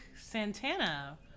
Santana